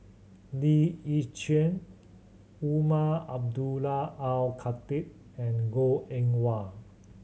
Lee Yi Shyan Umar Abdullah Al Khatib and Goh Eng Wah